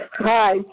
Hi